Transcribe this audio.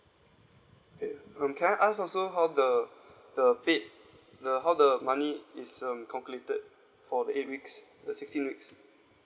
okay um can I ask also how the the paid the how the money is um calculated for the eight weeks the sixteen weeks